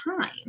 time